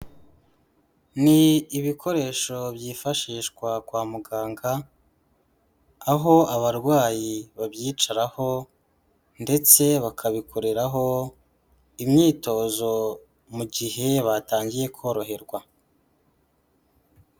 Ni ibikoresho byifashishwa kwa muganga, aho abarwayi babyicaraho ndetse bakabikoreraho imyitozo mu gihe batangiye koroherwa.